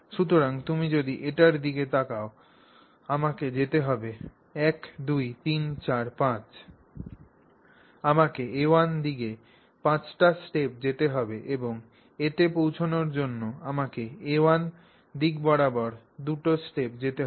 সুতরাং তুমি যদি এটির দিকে তাকাও আমাকে যেতে হবে 1 2 3 4 5 আমাকে a1 দিকে 5 টি স্টেপ যেতে হবে এবং A তে পৌঁছানোর জন্য আমাকে a1 দিক বরাবর 2 টি স্টেপ যেতে হবে